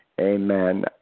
Amen